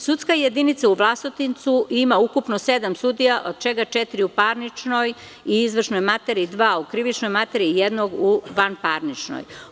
Sudska jedinica u Vlasotincu ima ukupno sedam sudija, od čega četiri u parničnoj i izvršnoj materiji, dva u krivičnoj materiji i jednog u vanparničnoj.